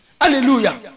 Hallelujah